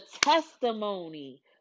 testimony